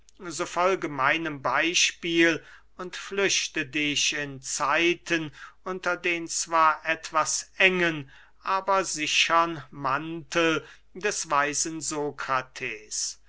so folge meinem beyspiel und flüchte dich in zeiten unter den zwar etwas engen und sichern mantel des weisen